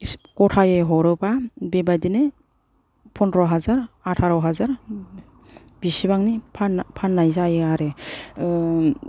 गथायै हरोबा बिबादिनो पन्द्र' हाजार आटार' हाजार बिसिबांनि फान्नाय जायो आरो